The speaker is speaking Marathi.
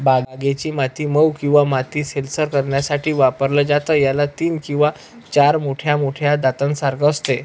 बागेची माती मऊ किंवा माती सैलसर करण्यासाठी वापरलं जातं, याला तीन किंवा चार मोठ्या मोठ्या दातांसारखे असते